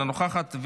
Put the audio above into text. אינה נוכחת,